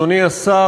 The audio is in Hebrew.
אדוני השר,